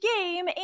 game